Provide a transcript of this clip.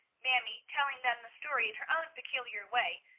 mamie telling them the story in her own peculiar way,